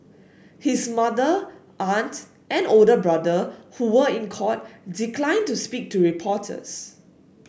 his mother aunt and older brother who were in court declined to speak to reporters